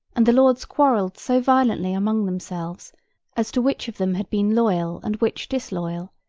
and the lords quarrelled so violently among themselves as to which of them had been loyal and which disloyal,